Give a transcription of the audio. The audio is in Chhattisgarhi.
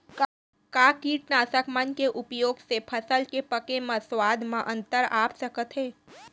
का कीटनाशक मन के उपयोग से फसल के पके म स्वाद म अंतर आप सकत हे?